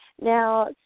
Now